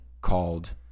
called